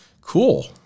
Cool